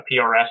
prs